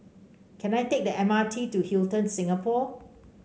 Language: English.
can I take the M R T to Hilton Singapore